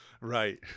Right